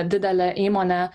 didelę įmonę